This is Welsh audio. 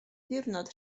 ddiwrnod